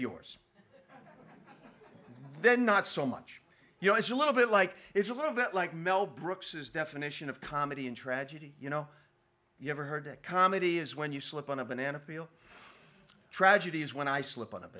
yours then not so much you know it's a little bit like it's a little bit like mel brooks is definition of comedy and tragedy you know you ever heard a comedy is when you slip on a banana peel tragedy is when i slip on